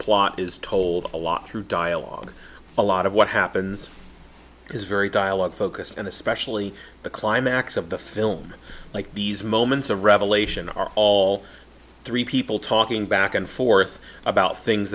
plot is told a lot through dialogue a lot of what happens is very dialogue focused and especially the climax of the film like these moments of revelation are all three people talking back and forth about things